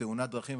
בתאונת דרכים,